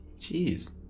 Jeez